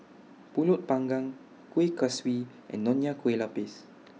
Pulut Panggang Kueh Kaswi and Nonya Kueh Lapis